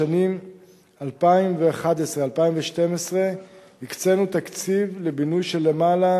בשנים 2011 2012 הקצינו תקציב לבינוי של למעלה